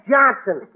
Johnson